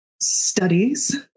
studies